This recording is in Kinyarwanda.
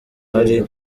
hari